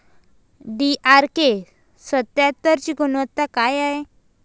DRK सत्यात्तरची गुनवत्ता काय हाय?